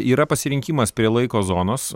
yra pasirinkimas prie laiko zonos